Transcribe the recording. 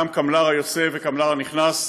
גם קמל"ר היוצא וקמל"ר הנכנס,